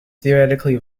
theoretically